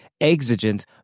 exigent